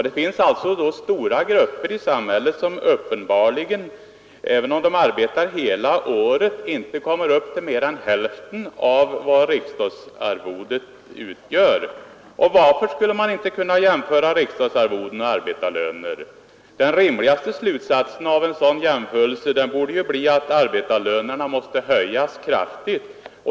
Det finns alltså stora grupper i samhället som uppenbarligen, även om de arbetar hela året, inte kommer upp till mer än hälften av det belopp som riksdagsarvodet utgör. Och varför skulle man inte kunna jämföra riksdagsarvodena med arbetarlöner? Den rimligaste slutsatsen av sådana jämförelser borde bli att arbetarlönerna måste höjas kraftigt.